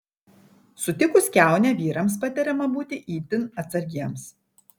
sutikus kiaunę vyrams patariama būti itin atsargiems